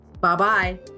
Bye-bye